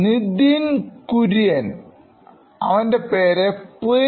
Nithin Kurian അവൻറെ പേര് Prince